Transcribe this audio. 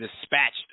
dispatched